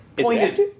pointed